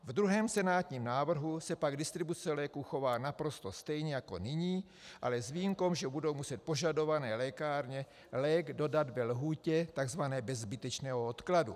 Ve druhém, senátním návrhu se pak distribuce léků chová naprosto stejně jako nyní, ale s výjimkou, že budou muset požadované lékárně lék dodat ve lhůtě tzv. bez zbytečného odkladu.